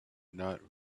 not